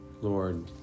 Lord